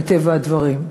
מטבע הדברים,